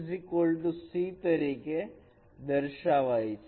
c તરીકે દર્શાવાય છે